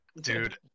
Dude